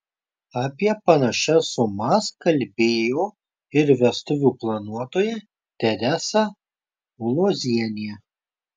apie panašias sumas kalbėjo ir vestuvių planuotoja teresa ulozienė